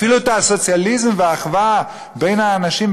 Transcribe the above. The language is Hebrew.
אפילו את הסוציאליזם ואת האחווה בין האנשים,